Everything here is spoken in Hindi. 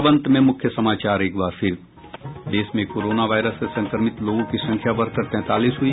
और अब अंत में मुख्य समाचार एक बार फिर देश में कोरोना वायरस से संक्रमित लोगों की संख्या बढ़कर तैंतालीस हुई